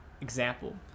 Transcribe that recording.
Example